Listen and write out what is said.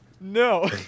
No